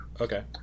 Okay